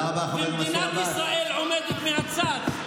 ומדינת ישראל עומדת מהצד.